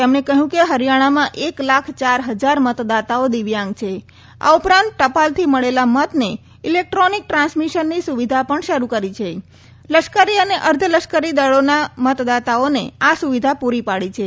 તેમણે કહ્યું કે હરિયાણામાં એક લાખ ચાર હજાર મતદાતાઓ દીવ્યાંગ છે આ ઉપરાંત ટપાલથી મળેલા મતને ઇલેક્ટ્રોનિક ટ્રાન્સમિશનની સુવિધા પણ શરૂ કરી છે લશ્કરી અને અર્ધલશ્કરી દલોના મતદાતાઓને આ સુવિધા પૂરી પાડી છે